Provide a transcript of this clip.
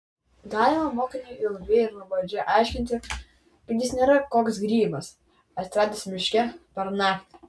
galima mokiniui ilgai ir nuobodžiai aiškinti kad jis nėra koks grybas atsiradęs miške per naktį